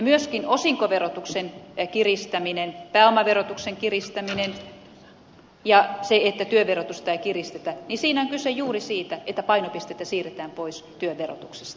myöskin osinkoverotuksen kiristämisessä pääomaverotuksen kiristämisessä ja siinä että työn verotusta ei kiristetä on kyse juuri siitä että painopistettä siirretään pois työn verotuksesta